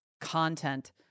content